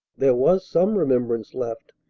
there was some remembrance left,